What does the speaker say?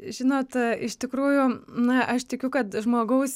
žinote iš tikrųjų na aš tikiu kad žmogaus